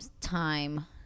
time